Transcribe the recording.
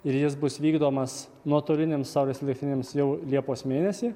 ir jis bus vykdomas nuotolinėms saulės elektrinėms jau liepos mėnesį